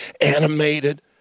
animated